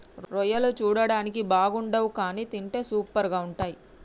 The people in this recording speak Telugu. రొయ్యలు చూడడానికి బాగుండవ్ కానీ తింటే సూపర్గా ఉంటయ్